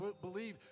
believe